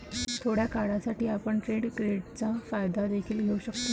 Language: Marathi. थोड्या काळासाठी, आपण ट्रेड क्रेडिटचा फायदा देखील घेऊ शकता